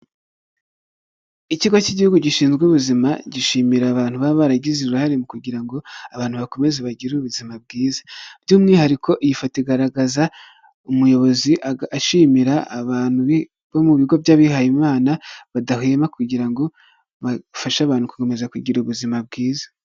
Ikigo cy'igihugu gishinzwe ubuzima, gishimira abantu baba baragize uruhare kugira ngo abantu bakomeze bagire ubuzima bwiza, by'umwihariko iyi foto igaragaza umuyobozi ashimira, abantu bo mu bigo by'abiha imana, badahwema kugira ngo bafashe abantu gukomeza kugira ubuzima bwiza.